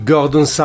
Gordon